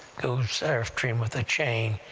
goes after him with a chain,